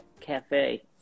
Cafe